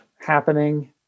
happening